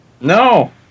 No